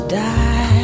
die